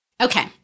Okay